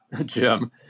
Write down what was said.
Jim